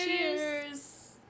Cheers